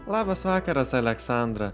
labas vakaras aleksandra